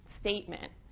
statement